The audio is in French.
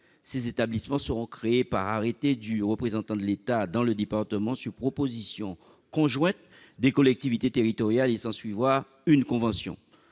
Ces établissements seront créés par arrêté du représentant de l'État dans le département, sur proposition conjointe des collectivités territoriales. Il s'ensuivra une convention.